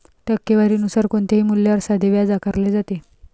टक्केवारी नुसार कोणत्याही मूल्यावर साधे व्याज आकारले जाते